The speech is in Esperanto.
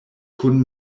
kun